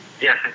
Yes